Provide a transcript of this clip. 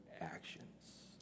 actions